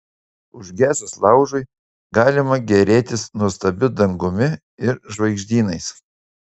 užgesus laužui galima gėrėtis nuostabiu dangumi ir žvaigždynais